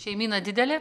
šeimyna didelė